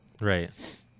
Right